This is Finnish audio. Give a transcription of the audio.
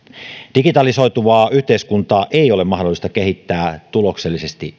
digitalisoituvaa yhteiskuntaa ei ole mahdollista kehittää tuloksellisesti